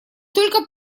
только